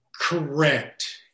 Correct